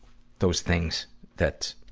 those things that,